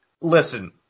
listen